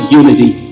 unity